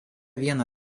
vieną